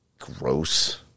gross